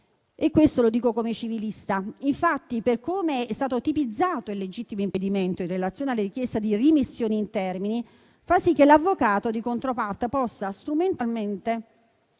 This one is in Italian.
Questo lo dico come civilista. Infatti, per come è stato tipizzato il legittimo impedimento in relazione alla richiesta di rimessione in termini, fa sì che l'avvocato di controparte possa strumentalmente